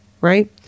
right